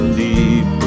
deep